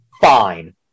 fine